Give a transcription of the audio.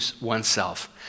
oneself